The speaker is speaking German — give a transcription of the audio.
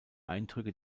eindrücke